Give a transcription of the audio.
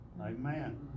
Amen